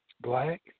black